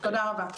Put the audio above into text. תודה רבה.